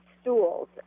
stools